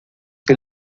que